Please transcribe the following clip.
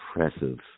impressive